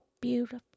beautiful